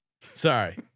Sorry